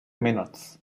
minutes